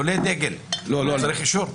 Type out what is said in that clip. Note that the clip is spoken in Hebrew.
אם הוא תולה דגל זה צריך אישור?